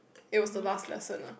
it was the last lesson